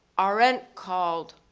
arendt called,